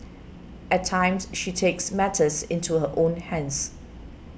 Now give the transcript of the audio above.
at times she takes matters into her own hands